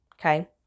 okay